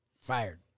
fired